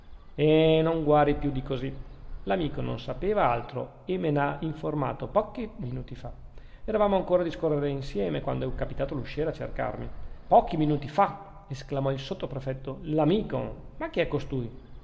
eh non guari più di così l'amico non sapeva altro e me n'ha informato pochi minuti fa eravamo ancora a discorrere insieme quando è capitato l'usciere a cercarmi pochi minuti fa esclamò il sottoprefetto l'amico ma chi è costui